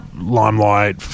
limelight